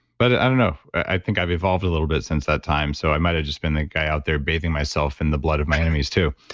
but ah i don't know, i think i've evolved a little bit since that time, so i might've just been the guy out there bathing myself in the blood of my enemies too.